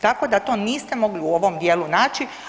Tako da to niste mogli u ovom dijelu naći.